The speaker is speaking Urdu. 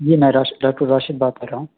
جی میں راشد ڈاکٹر راشد بات کر رہا ہوں